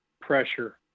pressure